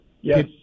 Yes